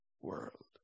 world